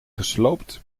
gesloopt